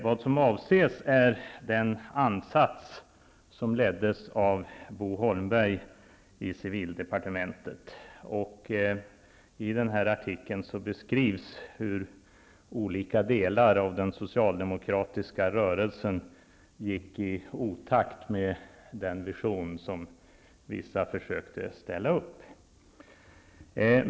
Vad som avses är den ansats som gjordes under ledning av Bo Holmberg i civildepartementet. I artikeln beskrivs hur olika delar av den socialdemokratiska rörelsen var i otakt med den vision som vissa försökte framställa.